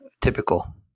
Typical